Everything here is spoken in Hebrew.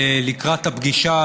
לקראת הפגישה,